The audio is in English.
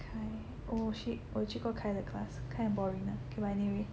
Kai oh shit 我去过 Kai 的 class Kai 很 boring 的 okay but anyway